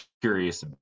curious